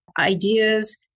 ideas